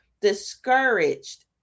discouraged